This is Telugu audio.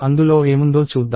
అందులో ఏముందో చూద్దాం